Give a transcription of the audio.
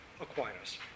Aquinas